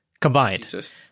combined